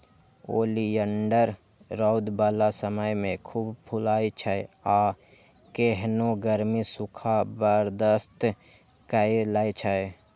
oleander रौद बला समय मे खूब फुलाइ छै आ केहनो गर्मी, सूखा बर्दाश्त कए लै छै